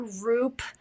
group